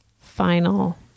final